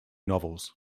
novels